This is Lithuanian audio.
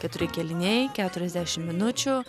keturi kėliniai keturiasdešimt minučių